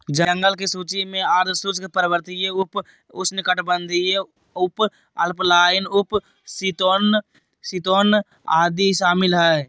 जंगल की सूची में आर्द्र शुष्क, पर्वतीय, उप उष्णकटिबंधीय, उपअल्पाइन, उप शीतोष्ण, शीतोष्ण आदि शामिल हइ